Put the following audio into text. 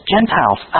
Gentiles